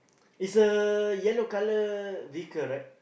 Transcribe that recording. is a yellow colour vehicle right